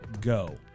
go